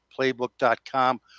playbook.com